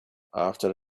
after